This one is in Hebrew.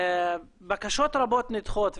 בקשות רבות נדחות,